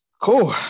Cool